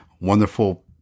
wonderful